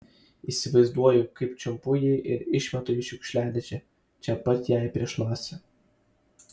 įsivaizduoju kaip čiumpu jį ir išmetu į šiukšliadėžę čia pat jai prieš nosį